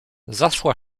zaszła